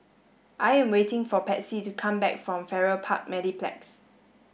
I am waiting for Patsy to come back from Farrer Park Mediplex